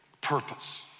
purpose